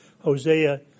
Hosea